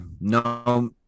no